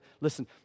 listen